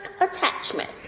attachment